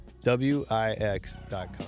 W-I-X.com